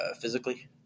physically